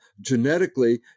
genetically